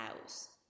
house